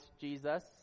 Jesus